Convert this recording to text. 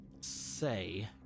say